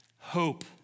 Hope